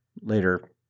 Later